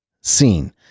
seen